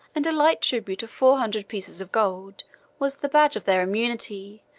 and a light tribute of four hundred pieces of gold was the badge of their immunity,